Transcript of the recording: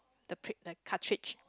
the pr~ the cartridge